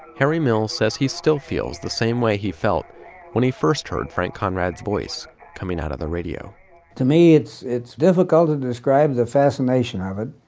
harry mills says he still feels the same way he felt when he first heard frank conrad's voice coming out of the radio to me, it's difficult difficult to describe the fascination ah of it.